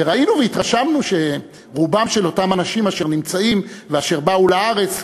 וראינו והתרשמנו שרובם של אותם אנשים אשר נמצאים ואשר באו לארץ,